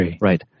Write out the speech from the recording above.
Right